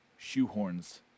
shoehorns